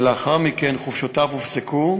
ולאחר מכן חופשותיו הופסקו,